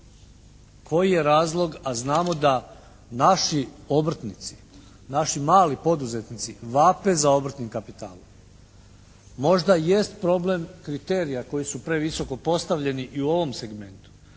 Koji je razlog, a znamo da naši obrtnici, naši mali poduzetnici vape za obrtnim kapitalom. Možda jest problem kriterija koji su previsoko postavljeni i u ovom segmentu,